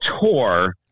tour